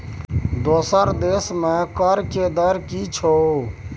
तोहर देशमे कर के दर की छौ?